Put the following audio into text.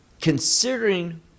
considering